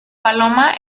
paloma